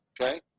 okay